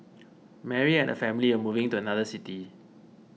Mary and family were moving to another city